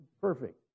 perfect